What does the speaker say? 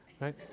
right